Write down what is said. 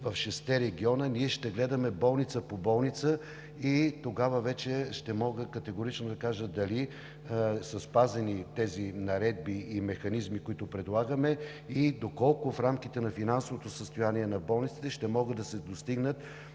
региона ние ще гледаме болница по болница и тогава ще мога категорично да кажа дали са спазени наредбите и механизмите, които предлагаме, и доколко, в рамките на финансовото състояние на болниците, ще могат да се достигнат